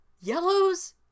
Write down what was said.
Yellows